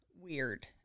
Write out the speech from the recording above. weird